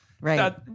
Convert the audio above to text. right